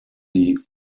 die